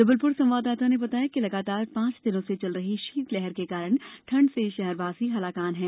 जबलप्र संवाददाता ने बताया है कि लगातार पांच दिनों से चल रही शीतलहर के कारण ठंड से शहरवासी हलाकान हैं